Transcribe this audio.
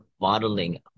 modeling